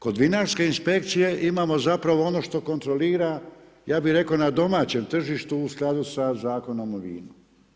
Kod vinarske inspekcije imamo zapravo ono što kontrolira ja bih rekao na domaćem tržištu u skladu sa Zakonom o vinu.